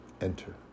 Enter